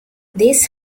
this